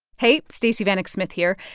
hey, stacey vanek smith here.